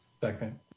Second